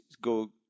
go